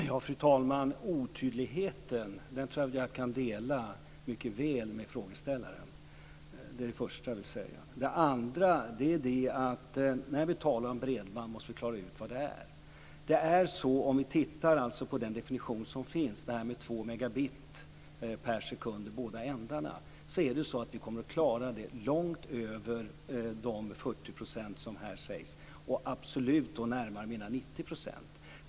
Fru talman! För det första: Otydligheten tror jag att jag mycket väl kan dela med frågeställaren. För det andra: När vi talar om bredband måste vi klara ut vad det är. Sett till den definition som finns - det här med 2 megabit per sekund i båda ändarna - är det så att vi kommer att klara det långt över de 40 % som här nämns - ja, absolut närmare mina 90 %.